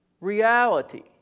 reality